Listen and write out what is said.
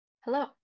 Hello